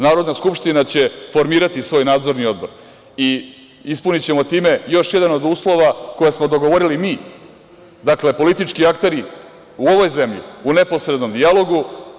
Narodna skupština će formirati svoj Nadzorni odbor i ispunićemo time još jedan od uslova koje smo dogovorili mi, dakle politički akteri u ovoj zemlji, u neposrednom dijalogu.